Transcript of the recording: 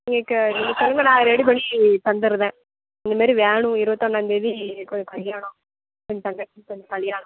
நீங்கள் நீங்கள் சொல்லுங்க நான் ரெடி பண்ணி தந்துருறேன் இந்தமாதிரி வேணும் இருவத்தொன்றாந்தேதி கொஞ்சம் கல்யாணம் என் தங்கச்சிக்கு வந்து கல்யாணம்